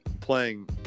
playing